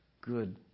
Good